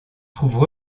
trouvent